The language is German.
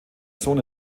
sohn